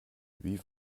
wie